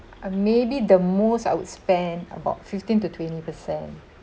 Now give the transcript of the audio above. maybe the most I would spend about fifteen to twenty percent